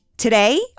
today